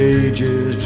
ages